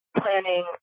planning